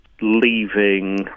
leaving